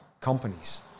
companies